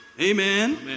Amen